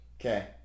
Okay